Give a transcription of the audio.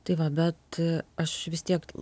tai va bet aš vis tiek